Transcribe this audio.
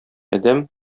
адәм